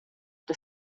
des